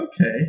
Okay